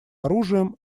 оружием